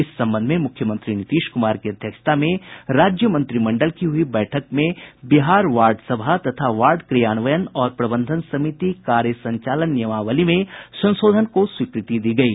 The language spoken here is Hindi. इस संबंध में मुख्यमंत्री नीतीश कुमार की अध्यक्षता में राज्य मंत्रिमंडल की हुई बैठक में बिहार वार्ड सभा तथा वार्ड क्रियान्वयन और प्रबंधन समिति कार्य संचालन नियमावली में संशोधन को स्वीकृति दी गयी